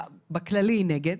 בכללי היא נגד,